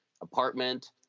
apartment